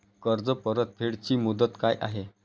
कर्ज परतफेड ची मुदत काय आहे?